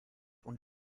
und